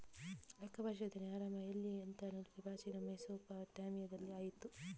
ಲೆಕ್ಕ ಪರಿಶೋಧನೆಯ ಆರಂಭ ಎಲ್ಲಿ ಅಂತ ನೋಡಿದ್ರೆ ಪ್ರಾಚೀನ ಮೆಸೊಪಟ್ಯಾಮಿಯಾದಲ್ಲಿ ಆಯ್ತು